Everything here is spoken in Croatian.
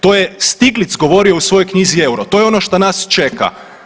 To je Stiglitz govorio u svojoj knjizi Euro, to je ono šta nas čeka.